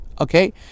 okay